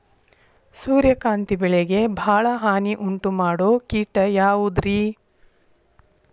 ಸೂರ್ಯಕಾಂತಿ ಬೆಳೆಗೆ ಭಾಳ ಹಾನಿ ಉಂಟು ಮಾಡೋ ಕೇಟ ಯಾವುದ್ರೇ?